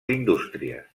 indústries